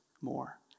more